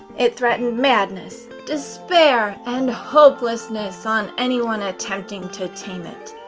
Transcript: it threatened madness, despair, and hopelessness on anyone attempting to tame it.